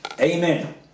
Amen